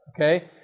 Okay